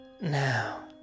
Now